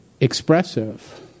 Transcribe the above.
expressive